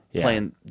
playing